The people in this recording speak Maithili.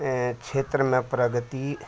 एँ क्षेत्रमे प्रगति